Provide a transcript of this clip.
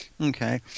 Okay